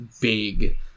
big